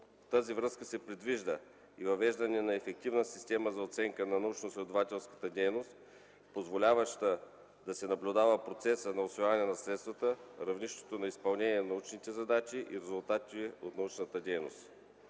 тази връзка се предвижда и въвеждане на ефективна система за оценка на научноизследователска дейност, позволяваща да се наблюдава процеса на усвояване на средствата, равнището на изпълнение на научните задачи и резултатите от научната дейност.